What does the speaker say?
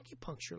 acupuncture